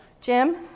Jim